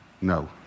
No